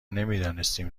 نمیدانستیم